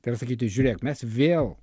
tai yra sakyti žiūrėk mes vėl